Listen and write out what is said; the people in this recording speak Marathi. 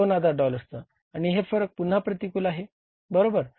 2000 डॉलर्सचा आणि हे फरक पुन्हा प्रतिकूल आहे बरोबर